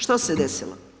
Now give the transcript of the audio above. Što se desilo?